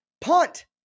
Punt